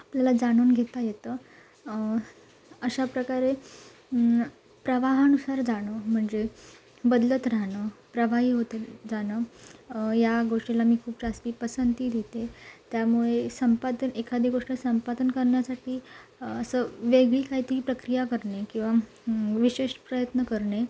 आपल्याला जाणून घेता येतं अशाप्रकारे प्रवाहानुसार जाणं म्हणजे बदलत राहणं प्रवाही होते जाणं या गोष्टीला मी खूप जास्त पसंती देते त्यामुळे संपादन एखादी गोष्ट संपादन करण्यासाठी असं वेगळी काही तरी प्रक्रिया करणे किंवा विशेष प्रयत्न करणे